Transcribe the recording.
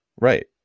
right